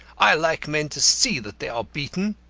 i like men to see that they are beaten.